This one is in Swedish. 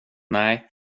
nej